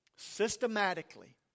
systematically